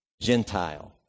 Gentile